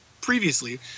previously